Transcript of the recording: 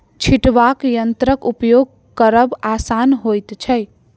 छिटबाक यंत्रक उपयोग करब आसान होइत छै